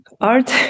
art